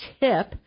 tip